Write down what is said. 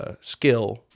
skill